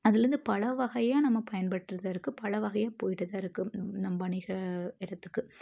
அதுலேருந்து பல வகையா நம்ம பயன்பட்டுட்டுத்தான் இருக்கோம் பல வகையா போயிட்டுதான் இருக்கும் நம்ம வணிக இடத்துக்கு